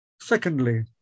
Secondly